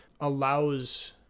allows